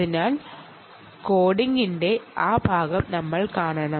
അതിനാൽ കോഡിന്റെ ആ ഭാഗം നമ്മൾ കാണണം